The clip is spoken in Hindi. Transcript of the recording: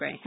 गए हैं